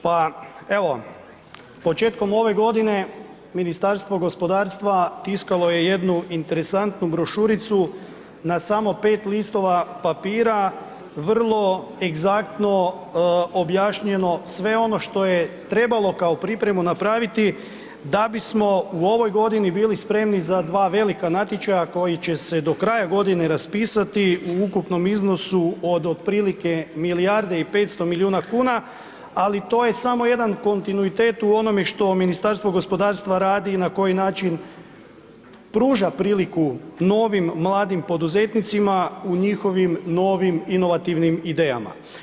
Pa, evo, početkom ove godine, Ministarstvo gospodarstva tiskalo je jednu interesantnu brošuricu na samo 5 listova papira, vrlo egzaktno objašnjeno sve ono što je trebalo kao pripremu napraviti, da bismo u ovoj godini bili spremni za dva velika natječaja, koji će se do kraja godine raspisati u ukupnom iznosu od otprilike milijarde i 500 milijuna kuna, ali to je samo jedan kontinuitet u onome što Ministarstvo gospodarstva radi i na koji način pruža priliku novim mladim poduzetnicima u njihovim novim inovativnim idejama.